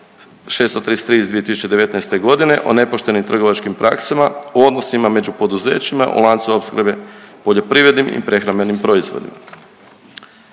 633 iz 2019.g. o nepoštenim trgovačkim praksama u odnosima među poduzećima u lancu opskrbe poljoprivrednim i prehrambenim proizvodima.